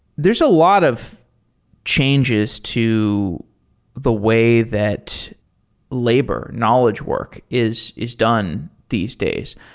there's a lot of changes to the way that labor knowledge work is is done these days.